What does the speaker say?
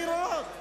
בבחירות,